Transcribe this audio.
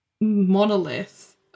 monolith